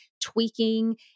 tweaking